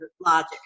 logic